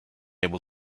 able